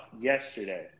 yesterday